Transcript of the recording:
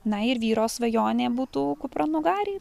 na ir vyro svajonė būtų kupranugariai